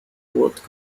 both